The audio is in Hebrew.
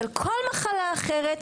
של כל מחלה אחרת,